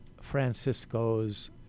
Francisco's